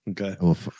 Okay